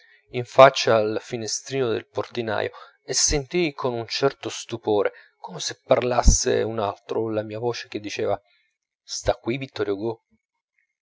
in faccia al finestrino del portinaio e sentii con un certo stupore come se parlasse un altro la mia voce che diceva sta qui vittor hugo